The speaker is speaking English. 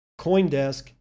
Coindesk